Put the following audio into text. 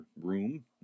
room